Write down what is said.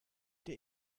der